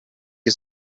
che